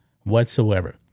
whatsoever